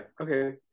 Okay